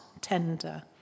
tender